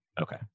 Okay